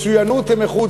מצוינות ואיכות,